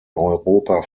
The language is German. europa